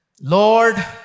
Lord